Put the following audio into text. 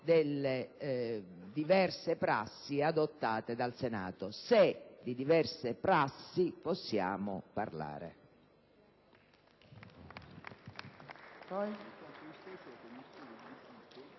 delle diverse prassi adottate dal Senato, se di diverse prassi possiamo parlare.